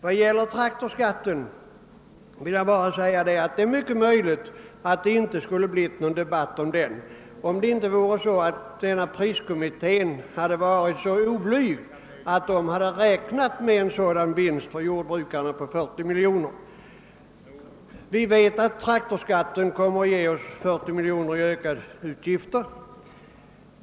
Vad gäller traktorskatten vill jag bara konstatera, att det är möjligt att det inte skulle ha blivit någon debatt om den, om inte denna priskommitté hade varit så oblyg att den räknade med en vinst på momsen för jordbrukarna på 40 miljoner kronor. Vi vet att traktorskatten kommer att ge oss 40 miljoner kronor i ökade utgifter.